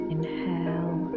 Inhale